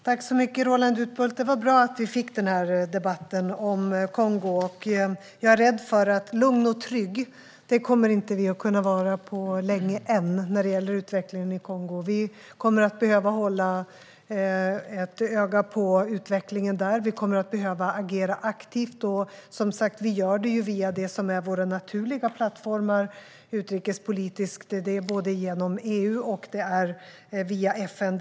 Herr talman! Tack, Roland Utbult! Det var bra att vi fick ha den här debatten om Kongo. Jag är rädd för att vi inte kommer att kunna vara lugna och trygga på länge än när det gäller utvecklingen i Kongo. Vi kommer att behöva hålla ett öga på utvecklingen där. Vi kommer att behöva agera aktivt. Det gör vi som sagt via våra naturliga utrikespolitiska plattformar, både genom EU och via FN.